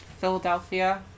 Philadelphia